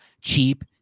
Cheap